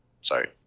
Sorry